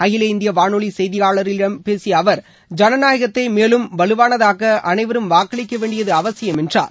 அகில இந்திய வானொலி செய்தியாளரிடம் பேசிய அவர் ஜனநாயகத்தை மேலும் வலுவானதாக்க அனைவரும் வாக்களிக்க வேண்டியது அவசியம் என்றார்